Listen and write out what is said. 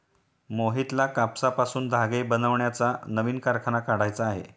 मोहितला कापसापासून धागे बनवण्याचा नवीन कारखाना काढायचा आहे